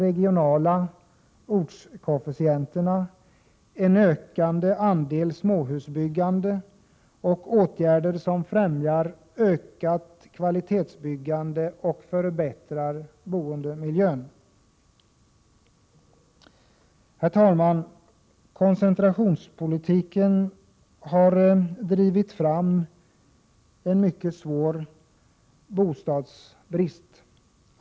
= En ökad andel småhusbyggande och åtgärder som främjar ökat kvalitetsbyggande och förbättrar boendemiljön. Herr talman! Koncentrationspolitiken har drivit fram en mycket svår bostadsbrist.